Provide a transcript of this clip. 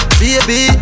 baby